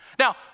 Now